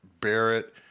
Barrett